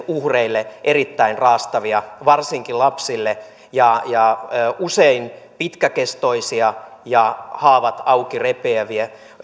uhreille erittäin raastavia varsinkin lapsille ja ja usein pitkäkestoisia ja haavat auki repiviä